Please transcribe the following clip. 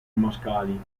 mascali